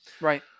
Right